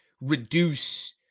reduce